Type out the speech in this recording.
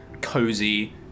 cozy